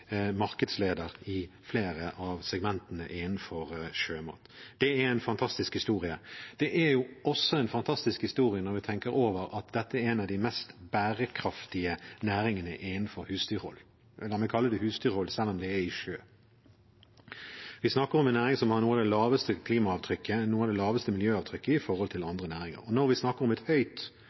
markedsleder i flere av segmentene innenfor sjømat. Det er en fantastisk historie. Det er også en fantastisk historie å tenke over at dette er en av de mest bærekraftige næringene innenfor husdyrhold – la meg kalle det husdyrhold, selv om det er i sjøen. Vi snakker om en næring som har noe av det laveste klimaavtrykket, noe av det laveste miljøavtrykket i forhold til andre næringer. Når vi snakker om et høyt